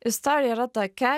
istorija yra tokia